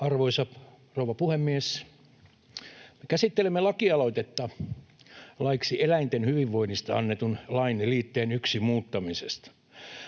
Arvoisa rouva puhemies! Käsittelemme lakialoitetta laiksi eläinten hyvinvoinnista annetun lain liitteen 1 muuttamisesta.